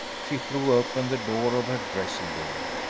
she threw open the door of her dressing-room.